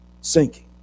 sinking